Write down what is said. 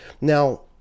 Now